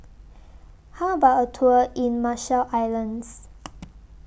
How about A Tour in Marshall Islands